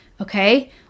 okay